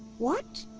what?